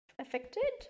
affected